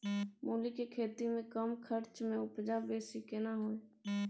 मूली के खेती में कम खर्च में उपजा बेसी केना होय है?